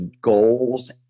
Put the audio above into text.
Goals